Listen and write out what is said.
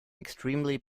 extremely